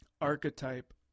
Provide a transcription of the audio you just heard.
archetype